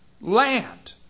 land